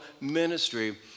ministry